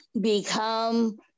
become